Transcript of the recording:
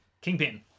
Kingpin